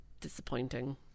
disappointing